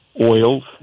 oils